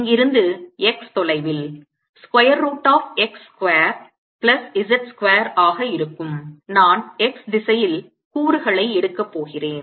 இங்கிருந்து x தொலைவில் square root of x square plus z square ஆக இருக்கும் நான் x திசையில் கூறுகளை எடுக்க போகிறேன்